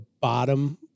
bottom